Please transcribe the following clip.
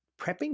prepping